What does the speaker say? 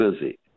busy